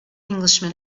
englishman